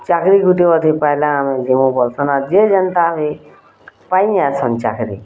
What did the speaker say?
ଚାକିରୀ ଗୋଟେ ଅଧିକ ପାଇଲା ଆମେ ଯିଏ ଯେନ୍ତା କି ସଞ୍ଚା କରି